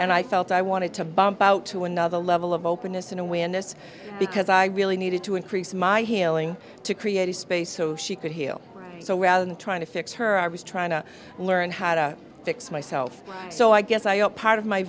and i felt i wanted to bump out to another level of openness and when this because i really needed to increase my healing to create a space so she could heal so rather than trying to fix her i was trying to learn how to fix myself so i guess i owe part of my